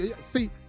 see